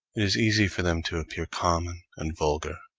is easy for them to appear common and vulgar.